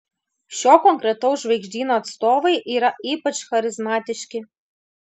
šio konkretaus žvaigždyno atstovai yra ypač charizmatiški